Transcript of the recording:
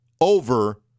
over